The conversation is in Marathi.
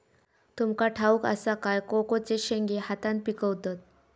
तुमका ठाउक असा काय कोकोचे शेंगे हातान पिकवतत